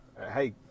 Hey